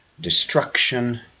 Destruction